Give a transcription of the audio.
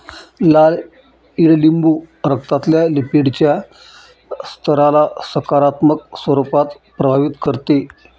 लाल ईडलिंबू रक्तातल्या लिपीडच्या स्तराला सकारात्मक स्वरूपात प्रभावित करते